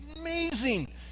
Amazing